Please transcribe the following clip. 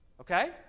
Okay